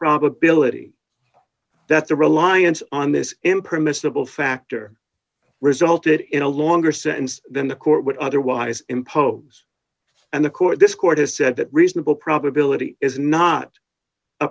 probability that the reliance on this impermissible factor resulted in a longer sentence than the court would otherwise impose and the court this court has said that reasonable probability is not a